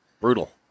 Brutal